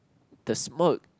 the smoke